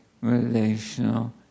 relational